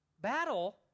Battle